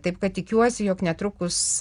taip kad tikiuosi jog netrukus